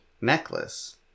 necklace